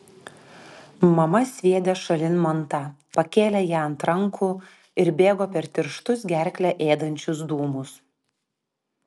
mama sviedė šalin mantą pakėlė ją ant rankų ir bėgo per tirštus gerklę ėdančius dūmus